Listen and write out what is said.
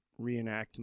reenactment